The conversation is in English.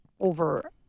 over